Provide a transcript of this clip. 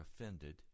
offended